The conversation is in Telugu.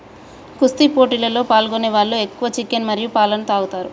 కుస్తీ పోటీలలో పాల్గొనే వాళ్ళు ఎక్కువ చికెన్ మరియు పాలన తాగుతారు